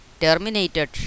terminated